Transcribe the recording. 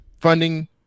funding